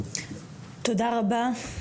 תודה רבה.